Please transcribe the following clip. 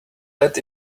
bet